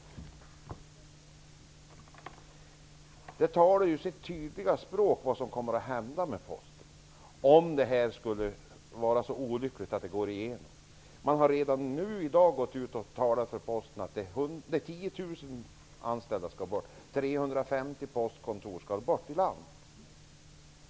Detta talar sitt tydliga språk om vad som kommer att hända med Posten om det skulle vara så olyckligt att förslaget går igenom. Man har redan i dag gått ut och talat om att 10 000 anställda och 350 postkontor skall bort i landet.